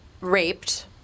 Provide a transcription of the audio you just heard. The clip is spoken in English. raped